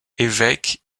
évêque